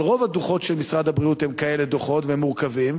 אבל רוב הדוחות של משרד הבריאות הם כאלה דוחות והם מורכבים,